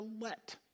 let